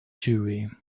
jury